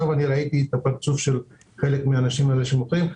רק עכשיו ראיתי את הפרצוף של חלק מהאנשים שמוכרים.